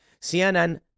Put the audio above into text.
CNN